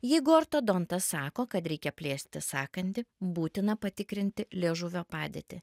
jeigu ortodontas sako kad reikia plėsti sąkandį būtina patikrinti liežuvio padėtį